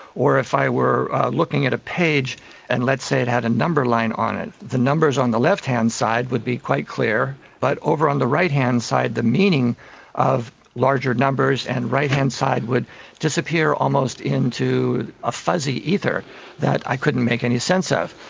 or if i were looking at a page and let's say it had a number line on it, the numbers on the left-hand side would be quite clear but over on the right-hand side the meaning of larger numbers on and right-hand side would disappear almost into a fuzzy ether that i couldn't make any sense of.